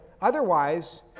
otherwise